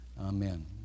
Amen